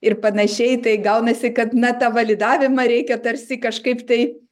ir panašiai tai gaunasi kad na tą validavimą reikia tarsi kažkaip tai